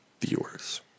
viewers